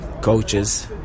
coaches